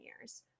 years